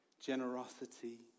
generosity